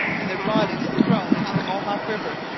and their bodies thrown into the mohawk river.